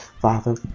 Father